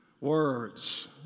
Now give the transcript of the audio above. Words